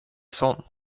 sån